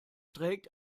trägt